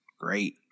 Great